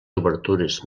obertures